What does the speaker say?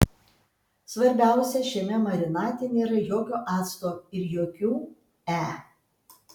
svarbiausia šiame marinate nėra jokio acto ir jokių e